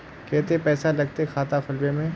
केते पैसा लगते खाता खुलबे में?